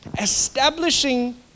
establishing